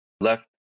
left